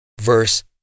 Verse